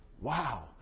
Wow